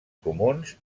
comuns